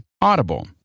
Audible